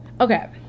okay